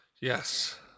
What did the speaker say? Yes